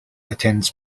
attends